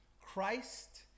Christ